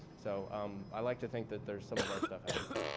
so um i like to think that there's some of our stuff out there.